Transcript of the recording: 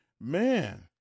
Man